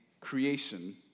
creation